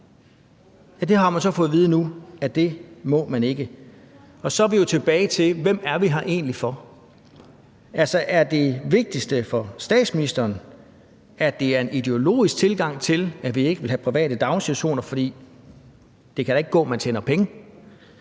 – får man så nu at vide, at det må man ikke. Og så er vi jo tilbage til: Hvem er vi her egentlig for? Altså, er det vigtigste for statsministeren, at der er en ideologisk tilgang til, at vi ikke vil have private daginstitutioner, for det kan da ikke gå, at man tjener penge?